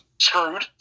screwed